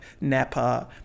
napa